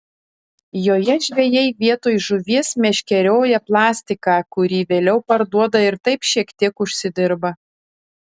joje žvejai vietoj žuvies meškerioja plastiką kurį vėliau parduoda ir taip šiek tiek užsidirba